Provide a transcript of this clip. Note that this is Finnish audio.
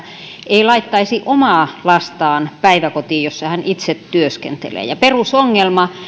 ei laittaisi omaa lastaan päiväkotiin jossa hän itse työskentelee ja perusongelma